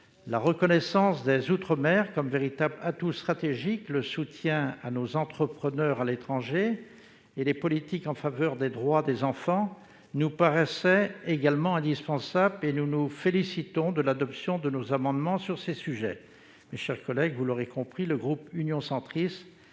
La reconnaissance des outre-mer comme véritable atout stratégique, le soutien à nos entrepreneurs à l'étranger et les politiques en faveur des droits des enfants nous paraissaient également indispensables, et nous nous félicitons de l'adoption de nos amendements sur ces sujets. Mes chers collègues, vous l'aurez compris, le groupe Union Centriste